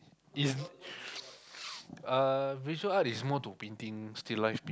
is uh visual art is more to painting still life